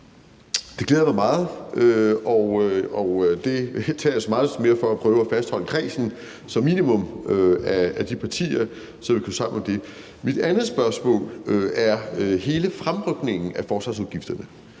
Det glæder mig meget; jeg tager det mere som for at prøve at fastholde kredsen som minimum de partier, så vi kan stå sammen om det. Mit andet spørgsmål handler om hele fremrykningen af forsvarsudgifterne.